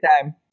time